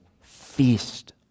feast